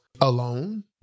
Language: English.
alone